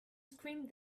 screamed